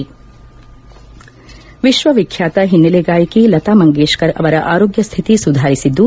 ಸುರು ವಿಶ್ವ ವಿಖ್ಯಾತ ಹಿನ್ನೆಲೆ ಗಾಯಕಿ ಲತಾ ಮಂಗೇಶ್ಕರ್ ಅವರ ಆರೋಗ್ಯ ಸ್ಥಿತಿ ಸುಧಾರಿಸಿದ್ದು